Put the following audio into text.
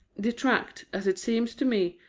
detract, as it seems to me,